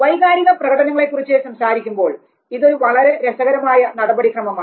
വൈകാരിക പ്രകടനങ്ങളെ കുറിച്ച് സംസാരിക്കുമ്പോൾ ഇതൊരു വളരെ രസകരമായ നടപടിക്രമാണ്